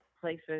places